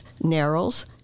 narrows